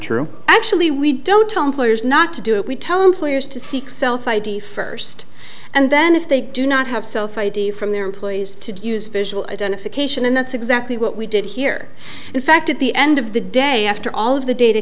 true actually we don't own players not to do it we tell employers to seek self i d first and then if they do not have self id from their employers to use visual identification and that's exactly what we did here in fact at the end of the day after all of the da